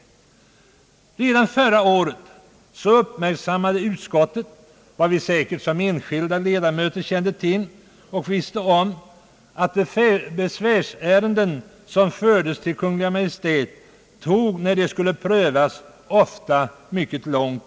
Redan förra året uppmärksammade utskottet vad vi som enskilda ledamöter kände till, nämligen att besvärsärenden som fördes till Kungl. Maj:t ofta tog mycket lång tid att pröva.